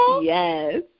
Yes